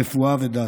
הרפואה והדת.